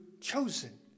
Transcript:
chosen